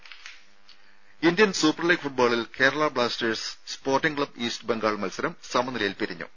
രുര Indian Super League ഫുട്ബോളിൽ Kerala Blasters Sporting Club East Bengal മത്സരം സമനിലയിൽ പിരിഞ്ഞു